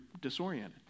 disoriented